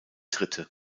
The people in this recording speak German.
dritte